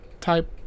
type